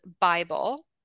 Bible